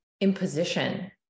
imposition